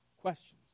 questions